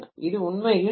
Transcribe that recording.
இது உண்மையில் டி